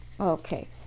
Okay